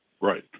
Right